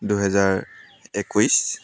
দুহেজাৰ একৈছ